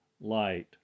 light